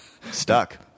stuck